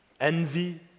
envy